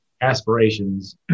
aspirations